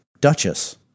Duchess